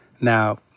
Now